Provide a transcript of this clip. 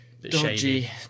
dodgy